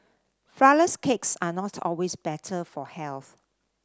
flour less cakes are not always better for health